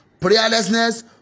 prayerlessness